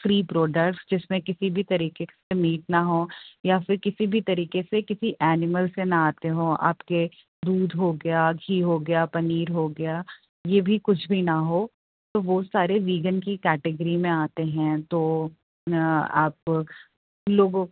free products جس میں کسی بھی طریقے سے میٹ نہ ہو یا پھر کسی بھی طریقے سے کسی اینمل سے نہ آتے ہوں آپ کے دودھ ہو گیا گھی ہو گیا پنیر ہو گیا یہ بھی کچھ بھی نہ ہو تو وہ سارے ویگن کی کیٹیگری میں آتے ہیں تو آپ لوگوں